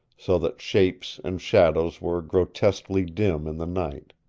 so that shapes and shadows were grotesquely dim in the night.